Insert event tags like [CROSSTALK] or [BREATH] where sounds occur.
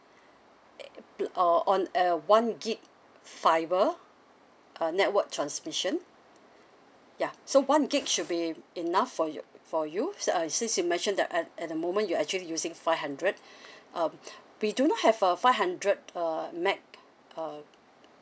or on a one G_B fibre uh network transmission ya so one G_B should be enough for you for you uh since you mentioned that at at the moment you're actually using five hundred [BREATH] um [BREATH] we do not have a five hundred uh M_B_P_S uh